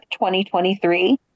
2023